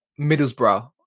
Middlesbrough